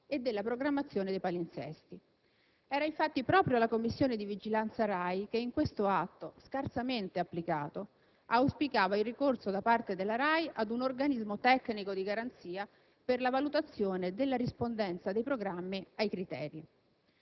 e della programmazione dei palinsesti. Era infatti proprio la Commissione di vigilanza RAI che, in questo atto scarsamente applicato, auspicava il ricorso da parte della RAI ad un organismo tecnico di garanzia per la valutazione della rispondenza dei programmi ai criteri.